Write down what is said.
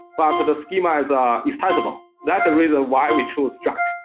but the schema is um is tangible. that's reason why we choose strat.